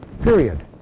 Period